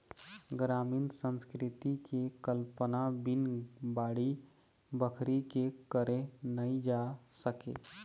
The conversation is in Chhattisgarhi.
गरामीन संस्कृति के कल्पना बिन बाड़ी बखरी के करे नइ जा सके